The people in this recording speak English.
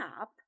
up